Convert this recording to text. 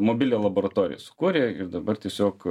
mobilią laboratoriją sukūrė ir dabar tiesiog